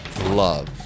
love